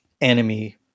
enemy